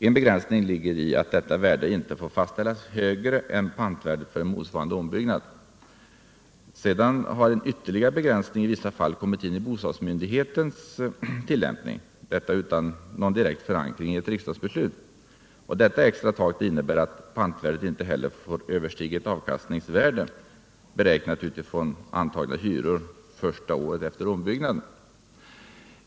En begränsning ligger i att detta värde inte får fastställas högre än pantvärdet för en motsvarande ombyggnad. Sedan har €n ytterligare begränsning i vissa fall kommit in i bostadsmyndigheternas tillämpning — detta utan någon direkt förankring i ett riksdagsbeslut. Detta extra tak innebär att pantvärdet inte heller får överstiga ett avkastningsvärde, beräknat utifrån antagna hyror första året efter ombyggnaden.